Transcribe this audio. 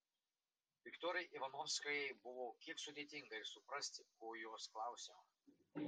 viktorijai ivanovskajai buvo kiek sudėtinga ir suprasti ko jos klausiama